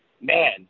man